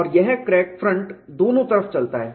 और यह crack front दोनों तरफ चलता है